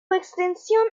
extensión